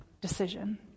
decision